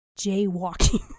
Jaywalking